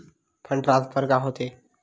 Fund transfer का होथे?